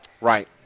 Right